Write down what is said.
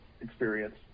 experience